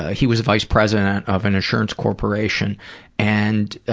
ah he was a vice president of an insurance corporation and ah,